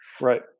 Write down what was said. Right